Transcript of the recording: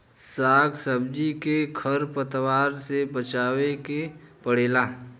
साग सब्जी के खर पतवार से बचावे के पड़ेला